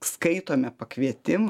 skaitome pakvietimą